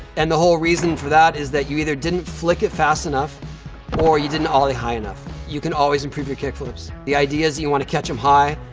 and the whole reason for that is that you either didn't flick it fast enough or you didn't ollie high enough. you can always improve your kickflips. the idea is that you wanna catch em high,